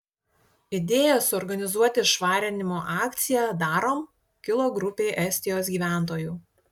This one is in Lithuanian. idėja suorganizuoti švarinimo akciją darom kilo grupei estijos gyventojų